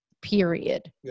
period